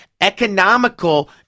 economical